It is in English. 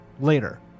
later